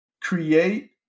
create